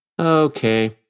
Okay